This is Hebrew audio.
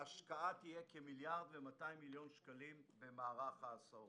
ההשקעה תהיה כ-1.2 מיליארד שקלים במערך ההסעות.